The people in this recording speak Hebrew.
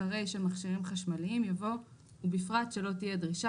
אחרי "של מכשירים חשמליים" יבוא "ובפרט שלא תהיה דרישה